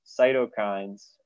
cytokines